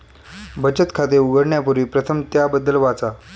बचत खाते उघडण्यापूर्वी प्रथम त्याबद्दल वाचा